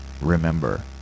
Remember